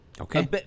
Okay